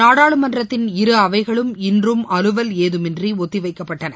நாடாளுமன்றத்தின் இரு அவைகளும் இன்றும் அலுவல் ஏதுமின்றி ஒத்திவைக்கப்பட்டன